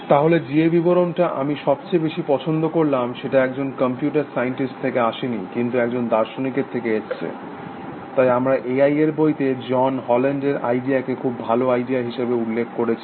তাহলে যে বিবরণটা আমি সবচেয়ে বেশি পছন্দ করলাম সেটা একজন কম্পিউটার সায়েন্টিস্ট থেকে আসেনি কিন্তু এজন দার্শনিকের থেকে এসেছে তাই আমরা এ আই এর বইতে জন হেজল্যান্ডের আইডিয়াকে খুব ভালো আইডিয়া হিসাবে উল্লেখ করেছি